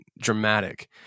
dramatic